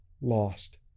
lost